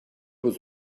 was